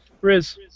Riz